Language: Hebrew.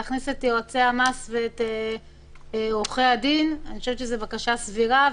אני חושבת שזו בקשה סבירה.